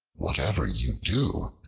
whatever you do,